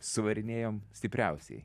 suvarinėjom stipriausiai